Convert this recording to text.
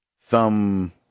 thumb